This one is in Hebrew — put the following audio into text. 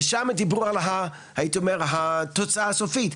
ושמה דיברו הייתי אומר על התוצאה הסופית,